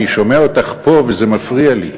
אני שומע אותך פה וזה מפריע לי.